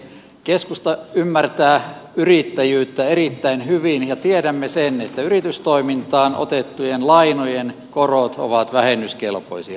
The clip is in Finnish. keskusta ymmärtää yrittäjyyttä erittäin hyvin ja tiedämme sen että yritystoimintaan otettujen lainojen korot ovat vähennyskelpoisia